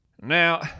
Now